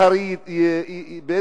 הרי זה יתגלה.